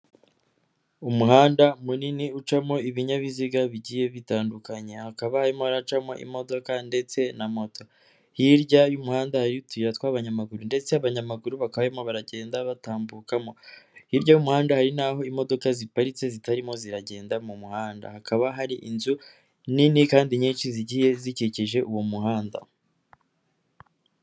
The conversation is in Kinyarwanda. Umuhanda munini ucamo ibinyabiziga bigiye bitandukanye, hakaba harimo haracamo imodoka ndetse na moto, hirya y'umuhanda hariyo utuyira tw'abanyamaguru ndetse abanyamaguru bakaba barimo baragenda batambukamo, hirya y'umuhanda hari n'aho imodoka ziparitse zitarimo ziragenda mu muhanda, hakaba hari inzu nini kandi nyinshi zigiye zikikije uwo muhanda.